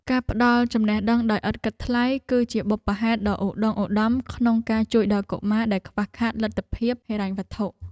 ការផ្តល់ចំណេះដឹងដោយឥតគិតថ្លៃ គឺជាបុព្វហេតុដ៏ឧត្តុង្គឧត្តមក្នុងការជួយដល់កុមារដែលខ្វះខាតលទ្ធភាពហិរញ្ញវត្ថុ។